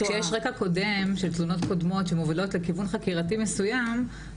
כשיש רקע קודם של תלונות קודמות שמובלות לכיוון חקירתי מסוים,